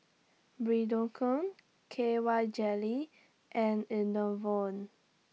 Redoxon K Y Jelly and Enervon